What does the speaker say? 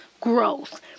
growth